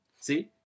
see